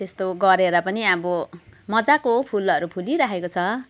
त्यस्तो गरेर पनि अब मजाको फुलहरू फुलिरहेको छ